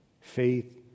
Faith